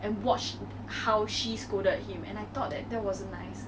scolding one person